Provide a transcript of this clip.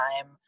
time